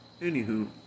anywho